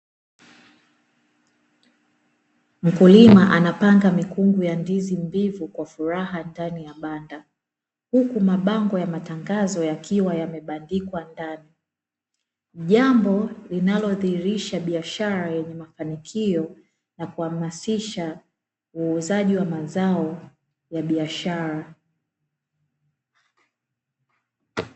Mkulima anapanga mikungu ya ndizi mbivu kwa furaha ndani ya banda, huku mabango ya matangazo yakiwa yamebadikwa ndani, jambo linalodhihirisha biashara yenye mafanikio na kuhamasisha uuzaji wa mazao ya biashara.